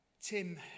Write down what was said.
Tim